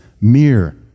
mere